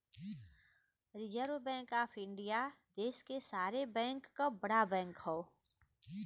reserve Bank of India देश क सारे बैंक क बड़ा बैंक हौ